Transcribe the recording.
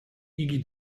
იგი